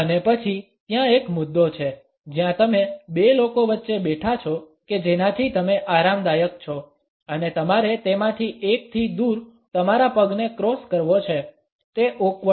અને પછી ત્યાં એક મુદ્દો છે જ્યાં તમે બે લોકો વચ્ચે બેઠા છો કે જેનાથી તમે આરામદાયક છો અને તમારે તેમાંથી એકથી દૂર તમારા પગને ક્રોસ કરવો છે તે ઓક્વર્ડ છે